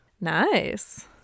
Nice